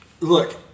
Look